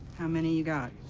how many you got?